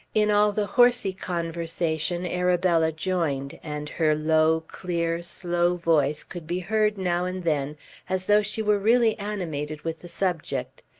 in all the horsey conversation arabella joined, and her low, clear, slow voice could be heard now and then as though she were really animated with the subject.